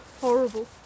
horrible